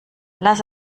lass